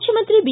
ಮುಖ್ಯಮಂತ್ರಿ ಬಿ